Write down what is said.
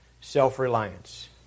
self-reliance